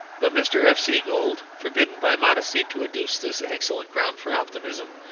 but mr. f. c. gould, forbidden by modesty to adduce this excellent ground for optimism,